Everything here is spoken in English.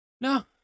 No